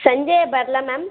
ಸಂಜೆ ಬರಲಾ ಮ್ಯಾಮ್